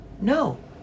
No